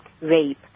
rape